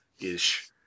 ish